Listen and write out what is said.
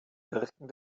wirken